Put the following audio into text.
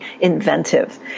inventive